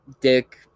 dick